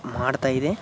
ಮಾಡ್ತಾ ಇದೆ